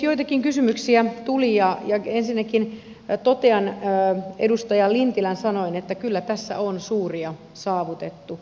joitakin kysymyksiä tuli ja ensinnäkin totean edustaja lintilän sanoin että kyllä tässä on suuria saavutettu